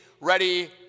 ready